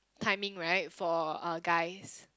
timing right for uh guys